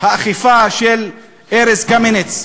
האכיפה של ארז קמיניץ.